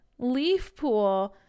Leafpool